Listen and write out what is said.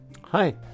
Hi